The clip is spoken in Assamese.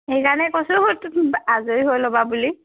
সেইকাৰণে কৈছোঁ আজৰি হৈ ল'বা বুলি